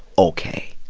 ok,